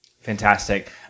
Fantastic